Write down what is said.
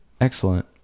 Excellent